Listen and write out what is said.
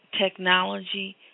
technology